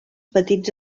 petits